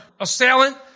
assailant